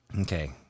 Okay